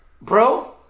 bro